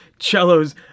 cellos